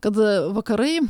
kad vakarai